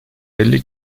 elli